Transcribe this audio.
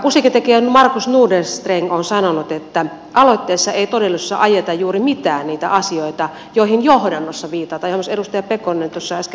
musiikintekijä markus nordenstreng on sanonut että aloitteessa ei todellisuudessa ajeta juuri mitään niitä asioita joihin viitataan johdannossa johon edustaja pekonen äsken puheessaan viittasi